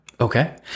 Okay